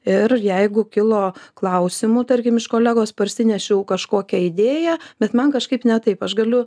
ir jeigu kilo klausimų tarkim iš kolegos parsinešiau kažkokią idėją bet man kažkaip ne taip aš galiu